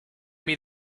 meet